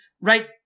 right